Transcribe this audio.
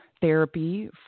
therapy